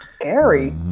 scary